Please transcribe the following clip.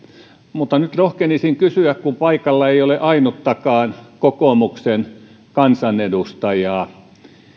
mutta nyt rohkenisin kysyä kun paikalla ei ole ainuttakaan kokoomuksen kansanedustajaa